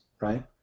right